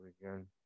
again